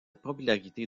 popularité